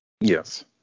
Yes